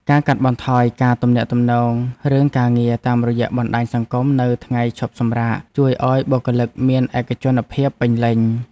ការកាត់បន្ថយការទំនាក់ទំនងរឿងការងារតាមរយៈបណ្តាញសង្គមនៅថ្ងៃឈប់សម្រាកជួយឱ្យបុគ្គលិកមានឯកជនភាពពេញលេញ។